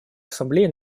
ассамблея